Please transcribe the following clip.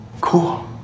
Cool